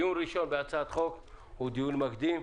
דיון ראשון בהצעת חוק הוא דיון מקדים.